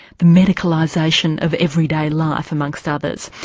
the medicalisation of everyday life among so others.